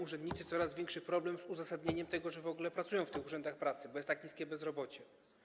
Urzędnicy mają coraz większy problem z uzasadnieniem tego, że w ogóle pracują w tych urzędach pracy, bo jest tak niskie bezrobocie.